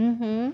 mmhmm